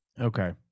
Okay